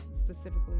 specifically